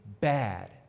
bad